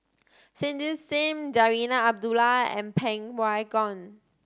Cindy Sim Zarinah Abdullah and Yeng Pway Ngon